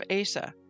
Asa